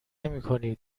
نمیکنی